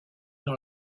dans